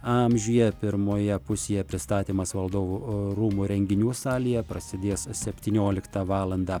amžiuje pirmoje pusėje pristatymas valdovų rūmų renginių salėje prasidės septynioliktą valandą